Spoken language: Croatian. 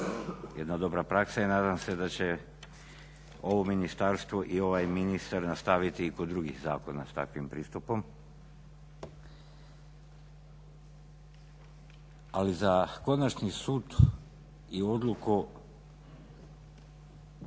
jedna dobra praksa i nadam se da će ovo Ministarstvo i ovaj ministar nastaviti i kod drugih zakona s takvim pristupom. Ali za konačni sud i odluku